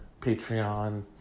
Patreon